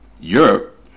Europe